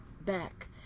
back